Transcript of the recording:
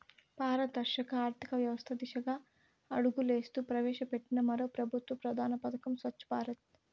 పారదర్శక ఆర్థికవ్యవస్త దిశగా అడుగులేస్తూ ప్రవేశపెట్టిన మరో పెబుత్వ ప్రధాన పదకం స్వచ్ఛ భారత్